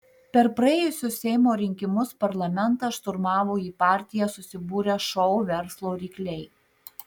per praėjusius seimo rinkimus parlamentą šturmavo į partiją susibūrę šou verslo rykliai